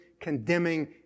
condemning